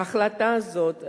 ההחלטה הזאת,